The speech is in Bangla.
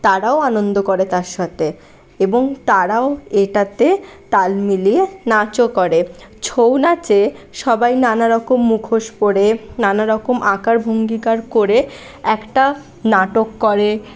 তারাও আনন্দ করে তার সাথে এবং তারাও এটাতে তাল মিলিয়ে নাচও করে ছৌ নাচে সবাই নানারকম মুখোশ পরে নানারকম আকার অঙ্গীকার করে একটা নাটক করে